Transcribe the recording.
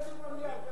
אז נעשה דיון במליאה,